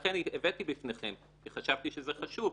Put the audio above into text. ולכן הבאתי בפניכם כי חשבתי שזה חשוב,